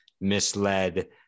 misled